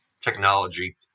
technology